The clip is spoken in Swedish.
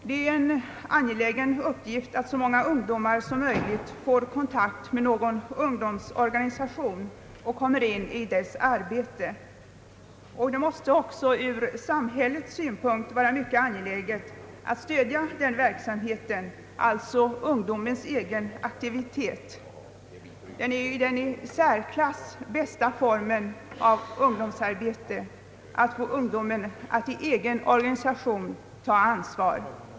Det är en angelägen uppgift att så många ungdomar som möjligt får kontakt med någon ungdomsorganisation och kommer in i dess arbete. Det måste också ur samhällets synpunkt vara mycket angeläget att stödja sådan verksamhet. Ungdomens egen aktivitet är ju den i särklass bästa formen av ungdomsarbete, d.v.s. att ungdomen får ta ansvar i en egen organisation.